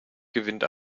gewinnt